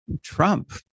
Trump